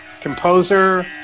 composer